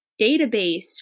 database